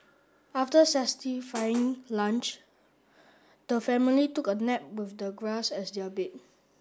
after lunch the family took a nap with the grass as their bed